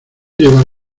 llevar